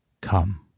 Come